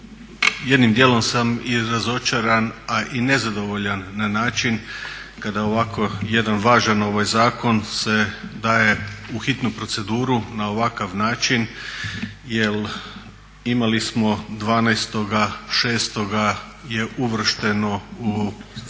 jednim dijelom sam i razočaran, a i nezadovoljan na način kada ovako jedan važan zakon se daje u hitnu proceduru na ovakav način. Jer imali smo 12.6. je uvršteno u